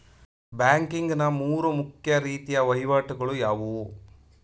Banking ನ ಮೂರು ಮುಖ್ಯ ರೀತಿಯ ವಹಿವಾಟುಗಳು ಯಾವುವು?